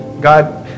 God